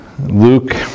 Luke